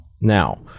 Now